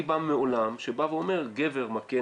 אני בא מעולם שאומר שגבר מכה,